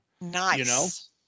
Nice